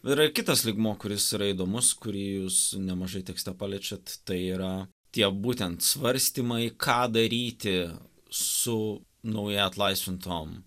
yra ir kitas lygmuo kuris yra įdomus kurį jūs nemažai tekste paliečiat tai yra tie būtent svarstymai ką daryti su naujai atlaisvintom